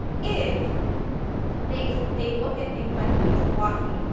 is they they look at things like views and velocity.